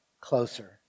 closer